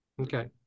Okay